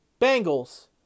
Bengals